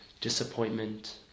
disappointment